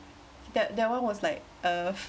that that one was like uh